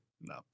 no